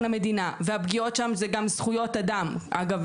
המדינה והפגיעות שם זה גם זכויות אדם אגב,